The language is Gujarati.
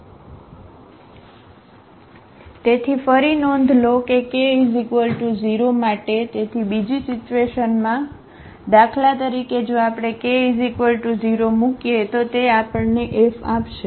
તેથી ફરી નોંધ લો કે k 0 માટે તેથી બીજી સિચ્યુએશનિમાં દાખલા તરીકે જો આપણે k 0 મૂકીએ તો તે આપણને F આપશે